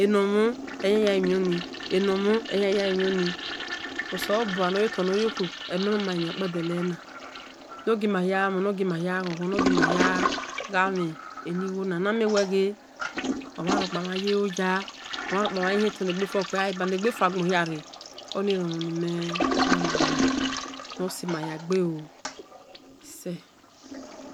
eno mhon eyan ya gha livion nor ni oselobua nor yotor nor yo khu oe me mama limhian kpede lele na nor gima hia ghu mhen nor gima hia gha ghon ghon bhegiana mie ma hia gha mhe enighina na mie na ghe omhan rokpa mhan ye loya omhan rokpa mhan yin hie tone gbefo okue gha leba negbe fua gbohia re oni erimhon ni mel mama na ni sumahia gbe ooo ise